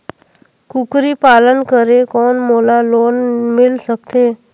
कूकरी पालन करे कौन मोला लोन मिल सकथे?